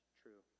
true